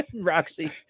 Roxy